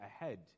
ahead